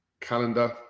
calendar